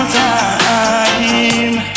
time